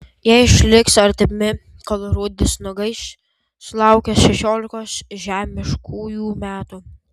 jie išliks artimi kol rudis nugaiš sulaukęs šešiolikos žemiškųjų metų